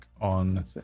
on